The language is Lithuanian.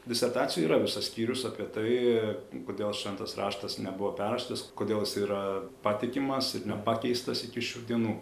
disertacijoj yra visas skyrius apie tai kodėl šventas raštas nebuvo perrašytas kodėl jis yra patikimas ir nepakeistas iki šių dienų